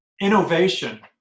innovation